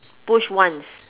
push once